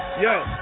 Yo